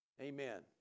Amen